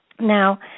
Now